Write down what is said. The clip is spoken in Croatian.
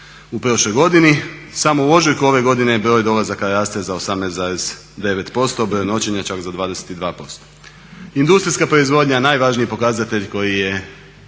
u prošloj godini. Samo u ožujku ove godine broj dolazaka raste za 18,9%, broj noćenja čak za 22%. Industrijska proizvodnja, najvažniji pokazatelj koji je